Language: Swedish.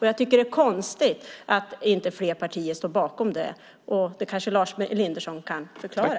Jag tycker att det är konstigt att inte fler partier står bakom det. Det kanske Lars Elinderson kan förklara.